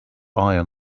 iron